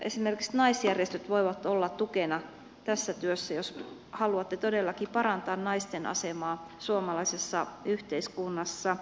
esimerkiksi naisjärjestöt voivat olla tukena tässä työssä jos haluatte todellakin parantaa naisten asemaa suomalaisessa yhteiskunnassa